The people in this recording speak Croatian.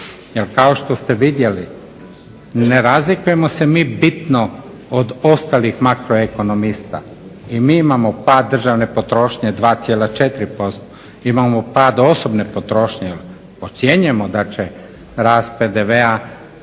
kao što ste vidjeli, ne razlikujemo se mi bitno od ostalih makroekonomista, i mi imamo pad državne potrošnje 2,4%, imamo pad osobne potrošnje, ocjenjujemo da će rast PDV-a, ja